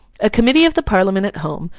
a committee of the parliament at home,